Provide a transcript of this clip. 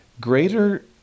greater